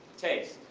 taste